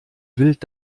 wild